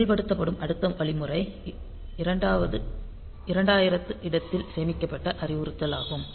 செயல்படுத்தப்படும் அடுத்த வழிமுறை 2000 இடத்தில் சேமிக்கப்பட்ட அறிவுறுத்தலாகும்